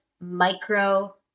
micro